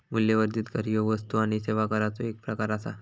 मूल्यवर्धित कर ह्यो वस्तू आणि सेवा कराचो एक प्रकार आसा